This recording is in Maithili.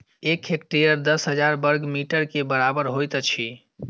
एक हेक्टेयर दस हजार बर्ग मीटर के बराबर होइत अछि